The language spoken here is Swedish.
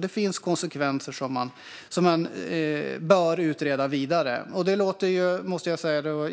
Det finns konsekvenser som man bör utreda vidare.